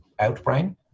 Outbrain